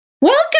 Welcome